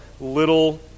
little